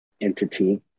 entity